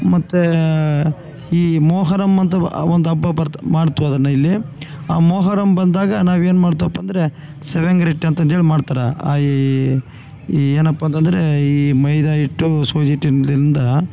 ಮತ್ತು ಈ ಮೊಹರಮ್ ಅಂತ ಬ ಒಂದು ಹಬ್ಬ ಬರ್ತ ಮಾಡ್ತೊ ಅದನ್ನ ಇಲ್ಲಿ ಆ ಮೋಹರಮ್ ಬಂದಾಗ ನಾವು ಏನು ಮಾಡ್ತಪ್ಪ ಅಂದರೆ ಸರಂಗ್ರಿ ಹಿಟ್ ಅಂತಂದೇಳಿ ಮಾಡ್ತಾರ ಆ ಈ ಏನಪ್ಪ ಅತಂದರೆ ಈ ಮೈದ ಹಿಟ್ಟು ಸೂಜಿ ಟಿಂದಿಂದ